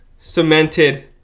cemented